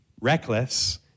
reckless